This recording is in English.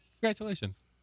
Congratulations